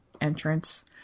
entrance